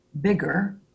bigger